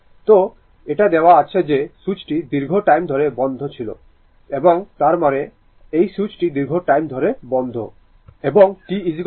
তো এটা দেওয়া আছে যে সুইচটি দীর্ঘ টাইম ধরে বন্ধ ছিল এবং তার মানে এই সুইচটি দীর্ঘ টাইম ধরে বন্ধ